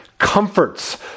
comforts